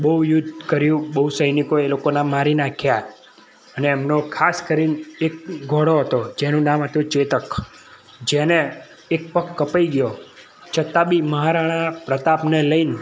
બહુ યુદ્ધ કર્યું બહુ સૈનિકો એ લોકોના મારી નાખ્યાં અને એમનો ખાસ કરીને એક ઘોડો હતો જેનું નામ હતું ચેતક જેને એક પગ કપાઈ ગયો છતાંબી મહારાણા પ્રતાપને લઈને